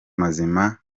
mazima